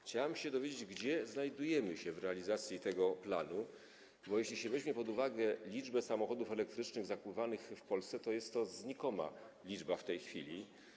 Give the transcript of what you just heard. Chciałem się dowiedzieć, gdzie znajdujemy się w realizacji tego planu, bo jeśli się weźmie pod uwagę liczbę samochodów elektrycznych zakupywanych w Polsce, to jest to znikoma liczba w tej chwili.